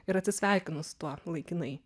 ir atsisveikinu su tuo laikinai